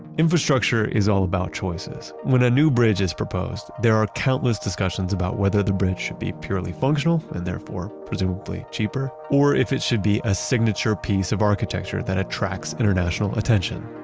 infrastructure is all about choices. when a new bridge is proposed, there are countless discussions about whether the bridge should be purely functional and therefore presumably cheaper, or if it should be a signature piece of architecture that attracts international attention.